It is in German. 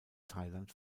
thailand